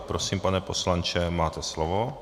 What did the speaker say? Prosím, pane poslanče, máte slovo.